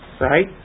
right